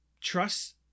trust